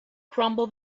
crumble